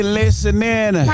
listening